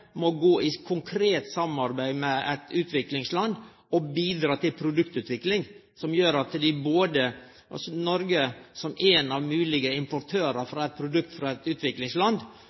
må gå i konkret samarbeid med eit utviklingsland og bidra til produktutvikling. Noreg, som ein av moglege importørar av eit produkt frå eit utviklingsland,